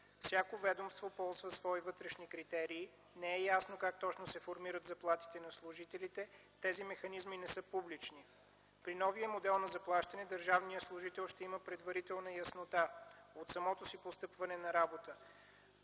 Всяко ведомство ползва свои вътрешни критерии, не е ясно как точно се формират заплатите на служителите, тези механизми не са публични. При новия модел на заплащане държавният служител ще има предварителна яснота от самото си постъпване на работа